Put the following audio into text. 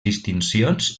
distincions